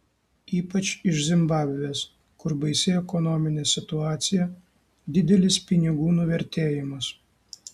ypač iš zimbabvės kur baisi ekonominė situacija didelis pinigų nuvertėjimas